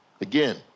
Again